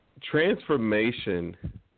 Transformation